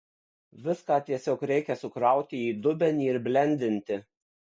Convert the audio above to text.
viską tiesiog reikia sukrauti į dubenį ir blendinti